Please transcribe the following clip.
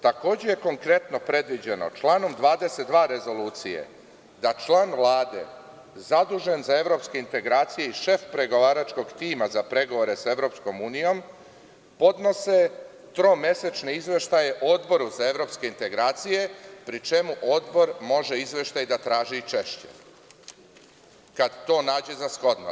Takođe, predviđeno je članom 22. rezolucije da član Vlade, zadužen za evropske integracije, i šef pregovaračkog tima za pregovore sa EU podnose tromesečne izveštaje Odboru za evropske integracije, pri čemu Odbor može izveštaj da traži i češće, kada to nađe za shodno.